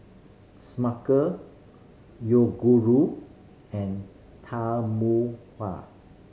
Smucker Yoguru and Tahuna